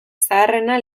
zaharrena